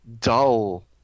dull